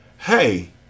Hey